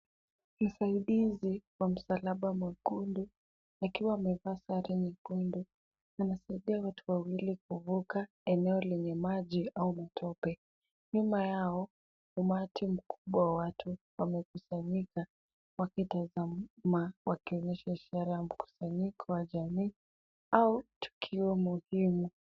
Msaidizi wa msalaba mwekundu akiwa amevaa sare nyekundu anasaidia watu wawili kuvuka eneo lenye maji au matope. Nyuma yao umati mkubwa wa watu wamekusanyika, wakitazama wakionyesha ishara ya mkusanyiko wa jamii au tukio muhimu.